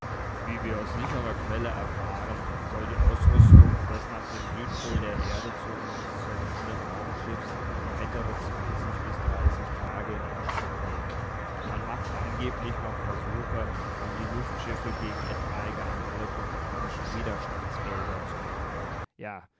wie wir aus sicherer quelle erfahren soll die ausrüstung des nach dem südpol der erde zu entsendenden raumschiffs weitere zwanzig bis dreißig tage in anspruch nehmen man macht angeblich noch versuche um die luftschiffe gegen etwaige angriffe von menschen widerstandsfähiger zu machen ja